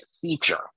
feature